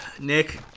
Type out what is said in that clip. Nick